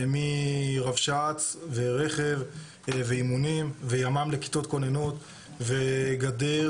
מרבש"ץ ורכב ואימונים וימ"מ לכיתות כוננות וגדר